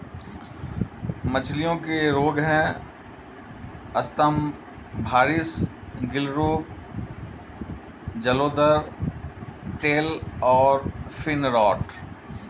मछलियों के रोग हैं स्तम्भारिस, गिल रोग, जलोदर, टेल और फिन रॉट